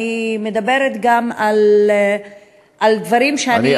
אני מדברת גם על דברים שראיתי,